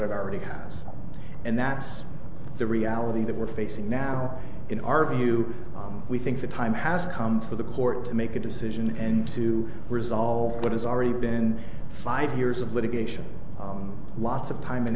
are already and that's the reality that we're facing now in our view we think the time has come for the court to make a decision and to resolve what has already been five years of litigation lots of time and